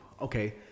Okay